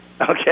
Okay